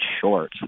short